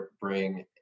bring